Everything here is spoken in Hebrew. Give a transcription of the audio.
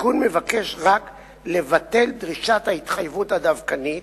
התיקון מבקש רק לבטל דרישת ההתחייבות הדווקנית.